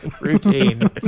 routine